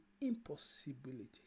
impossibility